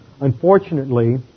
Unfortunately